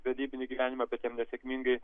vedybinį gyvenimą bet jiem nesėkmingai